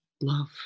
love